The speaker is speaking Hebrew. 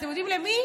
אתם יודעים למי?